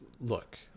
look